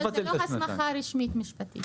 אבל זאת לא הסמכה רשמית משפטית.